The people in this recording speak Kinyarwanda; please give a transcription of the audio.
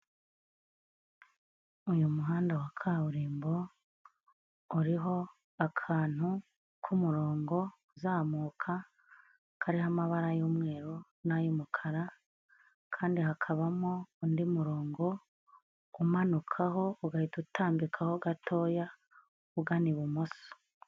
Uyu muhanda wa kaburimbo uriho akantu k'umurongo uzamuka, kariho amabara y'umweru n'ay'umukara kandi hakabamo undi murongo umanukaho, ugahita utambikaho gatoya ugana ibumoso.